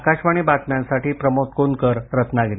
आकाशवाणी बातम्यांसाठी प्रमोद कोनकर रत्नागिरी